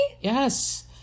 Yes